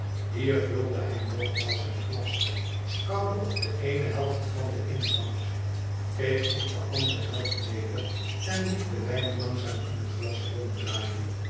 hier vulde hij nog maals zijn glas kauwde op de eene helft van den inhoud keek op de andere helft neder en liet den wijn langzaam in het glas ronddraaien